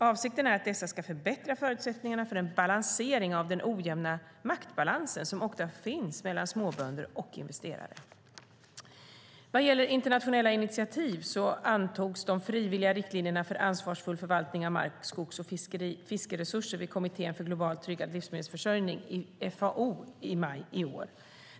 Avsikten är att dessa ska förbättra förutsättningarna för en balansering av den ojämna "maktbalansen" som ofta finns mellan småbönder och investerare. Vad gäller internationella initiativ antogs de frivilliga riktlinjerna för ansvarsfull förvaltning av mark-, skogs och fiskeresurser vid Kommittén för globalt tryggad livsmedelsförsörjning i FAO i maj i år.